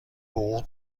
حقوق